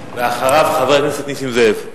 אחריו, חבר הכנסת נסים זאב.